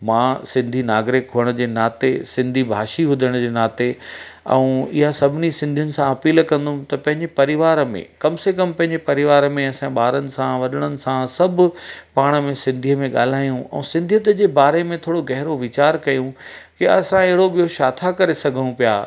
मां सिंधी नागरिक हुअण जे नाते सिंधी भाषी हुजण जे नाते ऐं ईअं सभिनी सिंधियुनि सां अपील कंदुमि त पंहिंजी परिवार में कम से कम पंहिंजे परिवार में असां ॿारनि सां वॾड़नि सां सभु पाण में सिंधीअ में ॻाल्हायूं ऐं सिंधियत जे बारे में थोरो गहरो वीचार कयूं की असां अहिड़ो कुझु छातो करे सघूं पिया